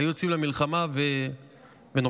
היו יוצאים למלחמה ונופלים.